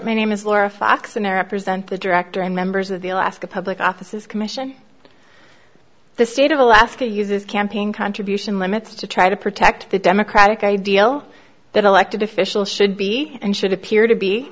my name is laura fox america present the director and members of the alaska public offices commission the state of alaska uses campaign contribution limits to try to protect the democratic ideal that elected officials should be and should appear to be